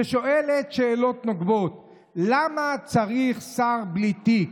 ששואלת שאלות נוקבות: "למה צריך שר בלי תיק,